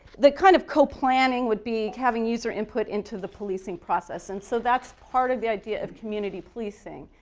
the kind of co-planning would be having user input into the policing process and so that's part of the idea of community policing.